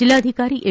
ಜಿಲ್ಲಾಧಿಕಾರಿ ಎಂ